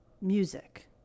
music